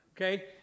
okay